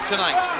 Tonight